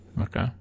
Okay